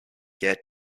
yet